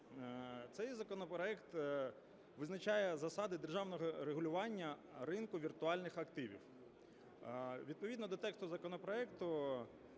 Цей законопроект визначає засади державного регулювання ринку віртуальних активів. Відповідно до тексту законопроекту